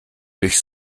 durch